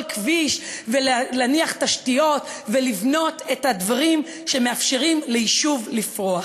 כביש ולהניח תשתיות ולבנות את הדברים שמאפשרים ליישוב לפרוח.